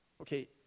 Okay